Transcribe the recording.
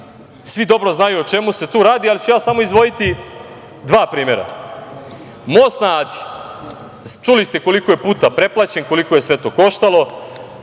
svi dobro znaju o čemu se tu radi, ali ću ja amo izdvojiti dva primera. Most na Adi, čuli ste koliko je puta preplaćen, koliko je sve to koštalo,